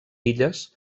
illes